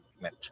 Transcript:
meant